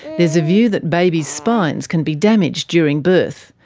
there's a view that babies' spines can be damaged during birth,